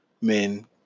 men